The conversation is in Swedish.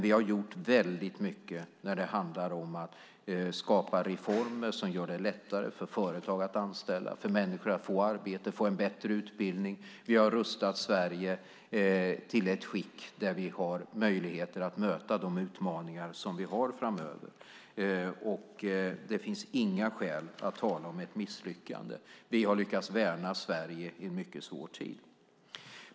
Vi har gjort väldigt mycket när det handlar om att skapa reformer som gör det lättare för företag att anställa, för människor att få arbete och en bättre utbildning. Vi har rustat Sverige till ett sådant skick att vi har möjligheter att möta de utmaningar som vi har framöver. Det finns inga skäl att tala om ett misslyckande. Vi har lyckats värna Sverige i en mycket svår tid.